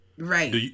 Right